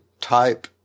type